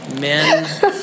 men